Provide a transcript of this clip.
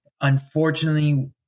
unfortunately